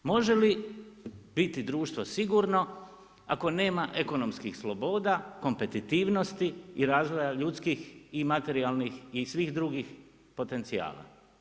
Može li biti društvo sigurno ako nema ekonomskih sloboda, kompetitivnosti i razvoja ljudskih i materijalnih i svih drugih potencijala?